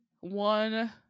one